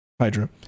Hydra